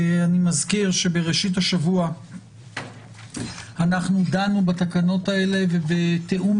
אני מזכיר שבראשית השבוע אנחנו דנו בתקנות האלה ובתיאום